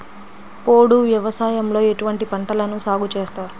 పోడు వ్యవసాయంలో ఎటువంటి పంటలను సాగుచేస్తారు?